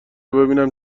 ببینیم